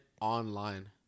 online